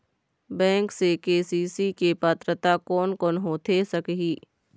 Bank से KCC के पात्रता कोन कौन होथे सकही?